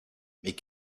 mes